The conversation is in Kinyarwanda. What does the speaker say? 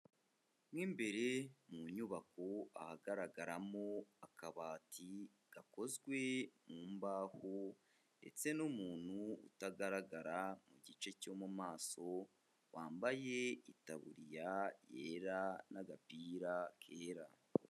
Mo imbere mu nyubako ahagaragaramo akabati gakozwe mu mbaho ndetse n'umuntu utagaragara mu gice cyo mu maso wambaye itaburiya yera n'agapira kera.